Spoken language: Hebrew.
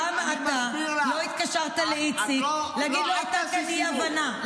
למה אתה לא התקשרת לאיציק להגיד לו שהייתה כאן אי-הבנה?